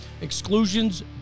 exclusions